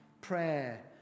prayer